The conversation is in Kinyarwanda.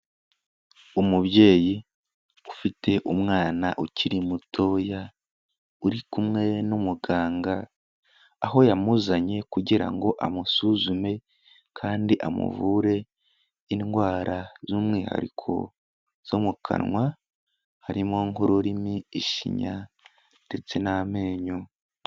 Umubyeyi ufite umwana ukiri mutoya, uri kumwe n'umuganga aho yamuzanye kugira ngo amusuzume kandi amuvure indwara z'umwihariko zo mu kanwa, harimo nk'ururimi, ishinya ndetse n'amenyo.